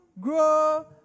grow